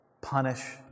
punish